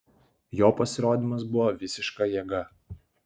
jo pasirodymas buvo visiška jėga